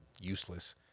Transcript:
useless